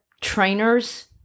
trainers